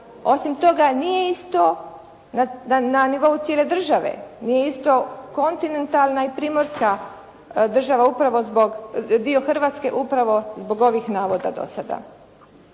Osim toga nije isto na nivou cijele države. Nije isto kontinentalna i primorska država upravo zbog, dio Hrvatske, upravo zbog ovih navoda do sada.